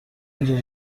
اینجا